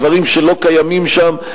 דברים שלא קיימים שם.